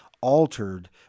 altered